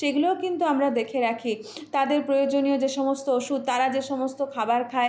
সেগুলোও কিন্তু আমরা দেখে রাখি তাদের প্রয়োজনীয় যে সমস্ত ওষুধ তারা যে সমস্ত খাবার খায়